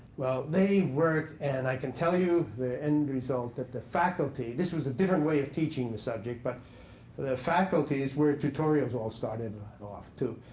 well, they worked. and i can tell you the end result. that the faculty this was a different way of teaching the subject. but the the faculty. this is where tutorials all started off, too.